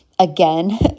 Again